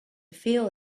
feel